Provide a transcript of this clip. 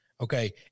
Okay